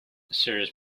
serves